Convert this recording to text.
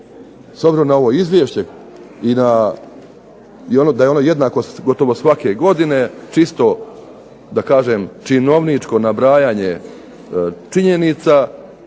S obzirom na ovo izvješće i da je ono jednako gotovo svake godine čisto da kažem činovničko nabrajanje činjenica,